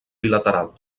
bilateral